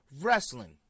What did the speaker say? wrestling